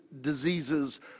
diseases